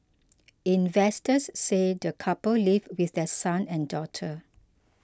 investors say the couple live with their son and daughter